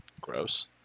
Gross